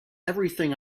everything